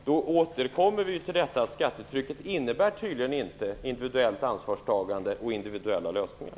Vi återkommer till att skattetrycket tydligen inte innebär individuellt ansvarstagande och individuella lösningar.